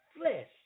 flesh